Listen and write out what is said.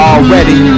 Already